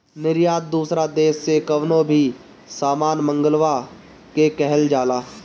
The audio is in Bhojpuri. निर्यात दूसरा देस से कवनो भी सामान मंगवला के कहल जाला